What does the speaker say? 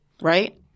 Right